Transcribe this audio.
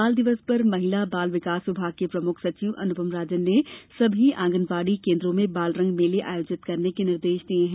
बाल दिवस पर महिला बाल विकास विभाग के प्रमुख सचिव अनुपम राजन ने सभी आंगनवाडी केन्द्रों में बालरंग मेले आयोजित करने के निर्देश दिये हैं